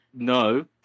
No